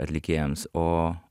atlikėjams o